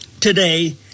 today